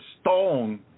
stone